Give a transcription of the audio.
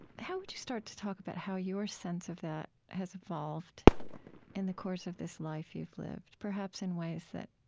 how would you start to talk about how your sense of that has evolved in the course of this life you've lived, perhaps in ways that